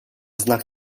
znak